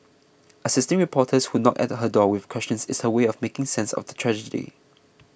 assisting reporters who knock at her door with questions is her way of making sense of the tragedy